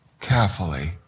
carefully